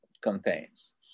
contains